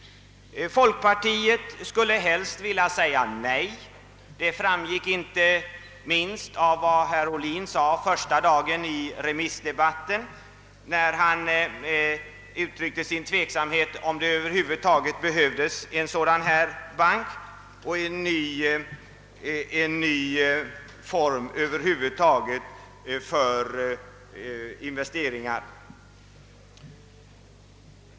Folkpartiet skulle helst vilja säga Nej. Detta framgick inte minst av herr Ohlins anförande första dagen under remissdebatten, när han uttryckte sin tveksamhet huruvida en fond av större omfattning över huvud taget behövdes liksom den nya form för investeringar den skulle innebära.